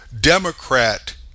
democrat